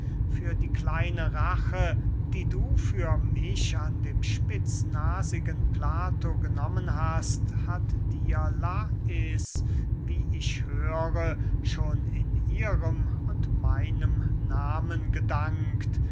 für die kleine rache die du für mich an dem spitznasigen plato genommen hast hat dir lais wie ich höre schon in ihrem und meinem nahmen gedankt